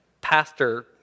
pastor